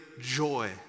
joy